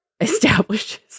establishes